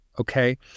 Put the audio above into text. okay